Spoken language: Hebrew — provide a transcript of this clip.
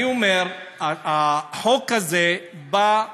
אני אומר, החוק הזה נועד